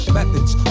Methods